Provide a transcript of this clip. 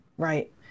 Right